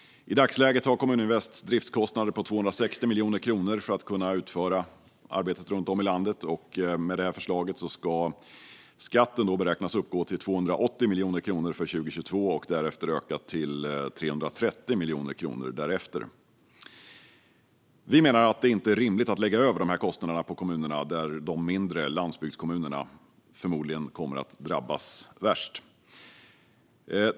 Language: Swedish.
I dagsläget har Kommuninvest driftskostnader på 260 miljoner kronor för att kunna utföra arbetet runt om i landet. Med det här förslaget beräknas skatten uppgå 280 miljoner kronor för 2022 och därefter öka till 330 miljoner kronor. Vi menar att det inte är rimligt att lägga över dessa kostnader på kommunerna, där de mindre landsbygdskommunerna förmodligen kommer att drabbas värst.